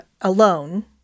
alone